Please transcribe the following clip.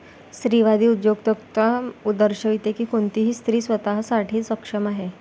स्त्रीवादी उद्योजकता दर्शविते की कोणतीही स्त्री स्वतः साठी सक्षम आहे